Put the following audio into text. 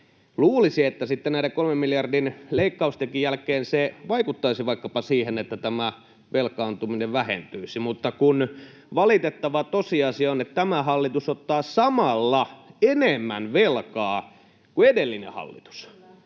luulisi, että sitten näiden 3 miljardin leikkausten jälkeen se vaikuttaisi vaikkapa siihen, että tämä velkaantuminen vähentyisi. Mutta valitettava tosiasia on, että tämä hallitus ottaa samalla enemmän velkaa kuin edellinen hallitus.